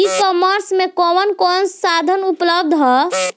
ई कॉमर्स में कवन कवन साधन उपलब्ध ह?